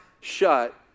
shut